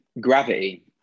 Gravity